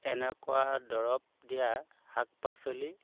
এনেকুৱা দৰৱ দিয়া শাক পাচলি